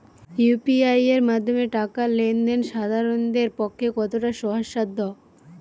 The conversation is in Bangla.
ইউ.পি.আই এর মাধ্যমে টাকা লেন দেন সাধারনদের পক্ষে কতটা সহজসাধ্য?